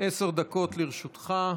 עשר דקות לרשותך,